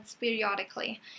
periodically